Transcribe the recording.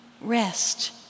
rest